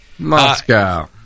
Moscow